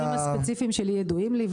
הנתונים הספציפיים שלי ידועים לי,